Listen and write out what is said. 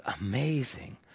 amazing